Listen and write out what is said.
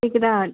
கேட்குதா